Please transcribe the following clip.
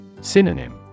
Synonym